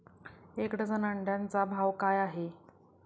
एक डझन अंड्यांचा भाव काय आहे?